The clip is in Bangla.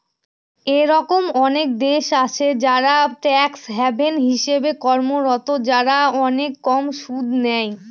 এরকম অনেক দেশ আছে যারা ট্যাক্স হ্যাভেন হিসেবে কর্মরত, যারা অনেক কম সুদ নেয়